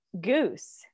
goose